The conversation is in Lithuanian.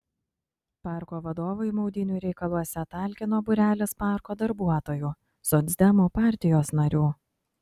parko vadovui maudynių reikaluose talkino būrelis parko darbuotojų socdemų partijos narių